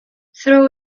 throw